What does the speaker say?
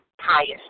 highest